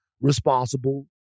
responsible